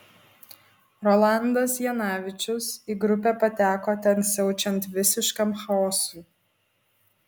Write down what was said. rolandas janavičius į grupę pateko ten siaučiant visiškam chaosui